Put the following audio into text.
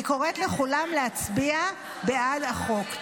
אני קוראת לכולם להצביע בעד החוק.